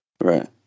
Right